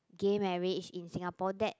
gay marriage in Singapore that